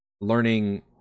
learning